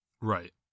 right